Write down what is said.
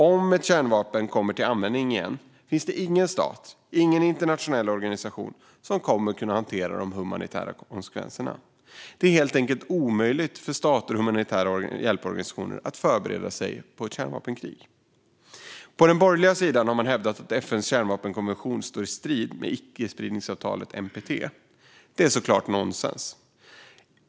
Om ett kärnvapen kommer till användning igen finns det inget en stat eller internationell organisation kan göra för att hantera de humanitära konsekvenserna. Det är helt enkelt omöjligt för stater och humanitära hjälporganisationer att förbereda sig för ett kärnvapenkrig. På den borgerliga sidan har man hävdat att FN:s kärnvapenkonvention står i strid med icke-spridningsavtalet, NPT. Det är såklart nonsens.